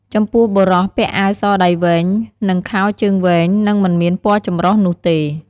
ចំពោះបុរសពាក់អាវសដៃវែង និងខោជើងវែង និងមិនមានពណ៍ចំរុះនុះទេ។